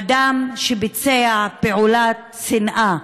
אדם שביצע פעולת שנאה,